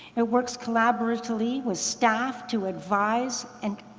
it works collaboratively with staff to advise and,